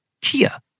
Kia